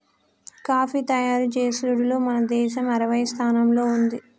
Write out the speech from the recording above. coffee తయారు చేసుడులో మన దేసం ఆరవ స్థానంలో ఉంది